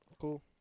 Cool